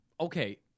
Okay